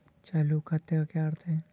चालू खाते का क्या अर्थ है?